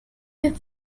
her